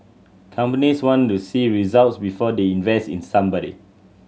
companies want to see results before they invest in somebody